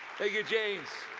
thank you james.